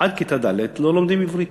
עד כיתה ד' לא לומדים עברית,